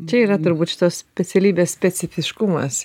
čia yra turbūt šitos specialybės specifiškumas